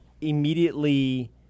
immediately